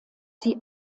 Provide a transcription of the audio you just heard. sie